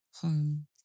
home